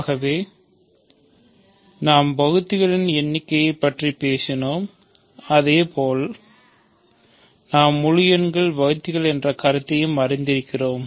ஆகவே நாம் வகுத்திகளின் எண்ணிக்கையைப் பற்றிப் பேசினோம் அதேபோல் நாம் முழு எண்களில் வகுத்திகள் என்ற கருத்தையும் அறிந்திருக்கிறோம்